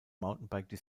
mountainbike